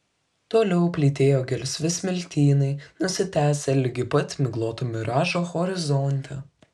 toliau plytėjo gelsvi smiltynai nusitęsę ligi pat migloto miražo horizonte